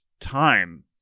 time